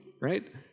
right